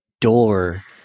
door